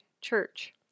church